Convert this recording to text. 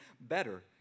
better